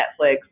Netflix